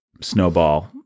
snowball